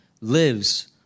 lives